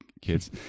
kids